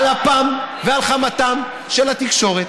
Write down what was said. על אפם ועל חמתם של התקשורת